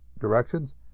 directions